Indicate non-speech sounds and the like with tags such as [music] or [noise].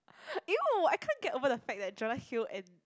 [breath] !eww! I can't get over the fact that Jonah-Hill and